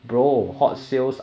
no